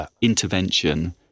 intervention